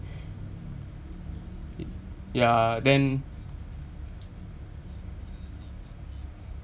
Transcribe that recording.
ya then